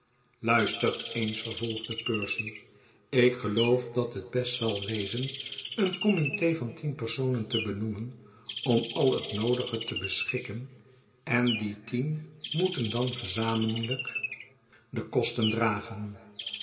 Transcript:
luistert eens vervolgde percy ik geloof dat het best zal wezen een committe van tien personen te benoemen om al het noodige te beschikken en die tien moeten dan gezamenlijk de kosten dragen